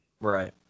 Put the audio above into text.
Right